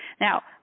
Now